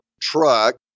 truck